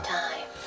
time